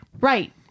Right